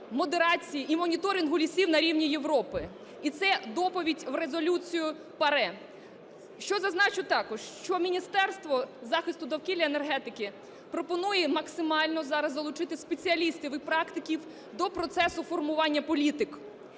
модерації і моніторингу лісів на рівні Європи. І це доповідь в резолюцію ПАРЄ. Що зазначу також, що Міністерство захисту довкілля, енергетики пропонує максимально зараз залучити спеціалістів і практиків до процесу формування політик.